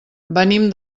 venim